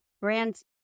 brands